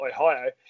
Ohio